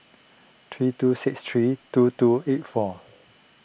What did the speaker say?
three two six three two two eight four